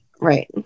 Right